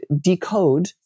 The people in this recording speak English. decode